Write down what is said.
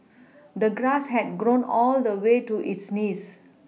the grass had grown all the way to its knees